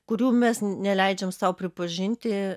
kurių mes neleidžiam sau pripažinti